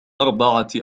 أربعة